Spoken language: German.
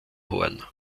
horn